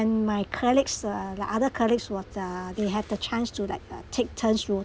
my colleagues uh the other colleagues was uh they had the chance to like ugh take turns